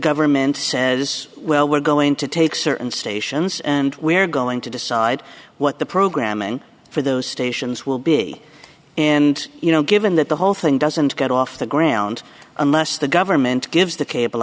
government says well we're going to take certain stations and we're going to decide what the programming for those stations will be and you know given that the whole thing doesn't get off the ground unless the government gives the cable